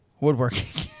woodworking